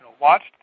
watched